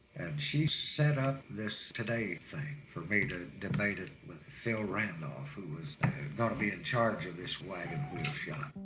and she set up this today thing for me to debate it with phil randolph, who is gonna be in charge of this wagon wheel shot.